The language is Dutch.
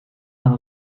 aan